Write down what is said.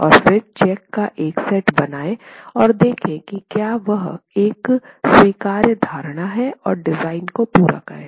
और फिर चेक का एक सेट बनाएं और देखें कि क्या वह एक स्वीकार्य धारणा है और डिज़ाइन को पूरा करें